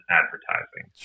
advertising